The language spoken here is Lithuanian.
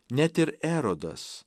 net ir erodas